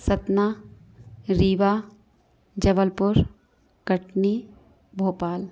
Satna Rewa Jabalpur Katni Bhopal